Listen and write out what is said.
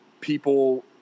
people